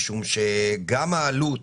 גם העלות